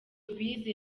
bize